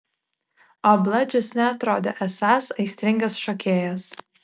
o bladžius neatrodė esąs aistringas šokėjas